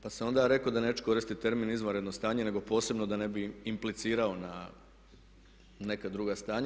Pa sam onda rekao da neću koristiti termin izvanredno stanje nego posebno da ne bih implicirao na neka druga stanja.